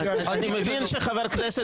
זה באמת מפריע.